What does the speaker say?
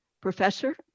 Professor